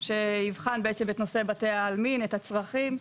שיבחן את נושא בתי העלמין, את הצרכים,